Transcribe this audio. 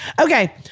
Okay